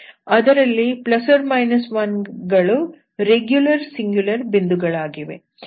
ಅದರಲ್ಲಿ ±1 ಗಳು regular singular ಬಿಂದುಗಳಾಗಿವೆ